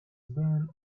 born